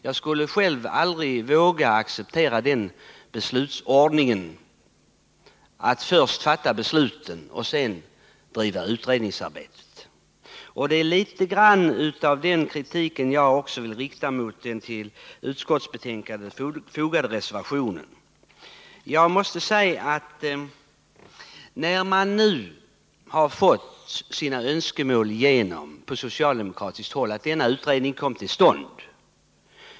Jag skulle själv aldrig våga acceptera den beslutsordningen att man först fattar beslut och sedan bedriver utredningsarbete. Litet grand av denna kritik vill jag rikta också mot den till utskottsbetänkandet fogade reservationen, eftersom man på socialdemokratiskt håll nu har fått sina önskemål tillgodosedda genom att denna utredning kommer till stånd.